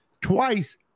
twice